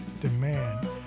demand